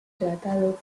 tratado